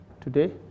today